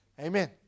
Amen